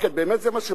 באמת זה מה שמעניין?